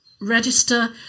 register